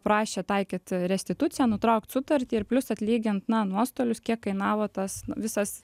prašė taikyt restituciją nutraukt sutartį ir plius atlygint na nuostolius kiek kainavo tas visas